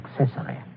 accessory